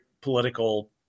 political